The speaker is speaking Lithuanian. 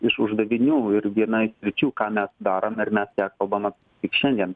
iš uždavinių ir viena iš sričių ką mes darome ir nebekalbame tik šiandien